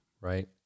right